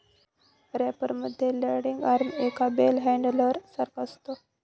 wrapper मध्ये landing arm एका bale handler सारखा असतो